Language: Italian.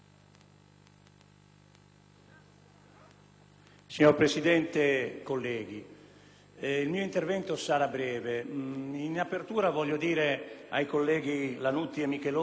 Signora Presidente, colleghi, il mio intervento sarà breve. In apertura, vorrei invitare i colleghi Lannutti e Micheloni -